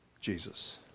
Jesus